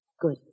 Good